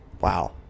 Wow